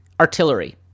artillery